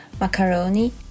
Macaroni